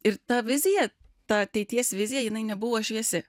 ir ta vizija ta ateities vizija jinai nebuvo šviesi